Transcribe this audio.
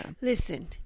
listen